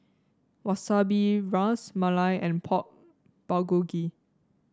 Wasabi Ras Malai and Pork Bulgogi